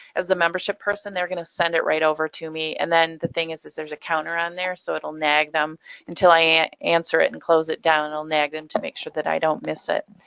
as the membership person, they're going to send it right over to me. and then the thing is, there's a counter on there so it'll nag them until i answer it and close it down. it'll nag them to make sure that i don't miss it.